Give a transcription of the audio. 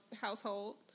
household